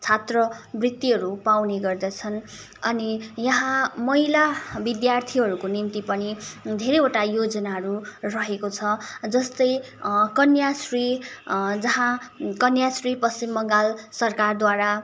छात्रवृत्तिहरू पाउने गर्दछन् अनि यहाँ महिला विद्यार्थीहरूको निम्ति पनि धेरैवटा योजनाहरू रहेको छ जस्तै कन्याश्री जहाँ कन्याश्री पश्चिम बङ्गाल सरकारद्वारा